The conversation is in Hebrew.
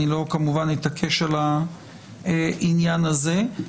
אני כמובן לא אתעקש על העניין הזה.